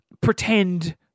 pretend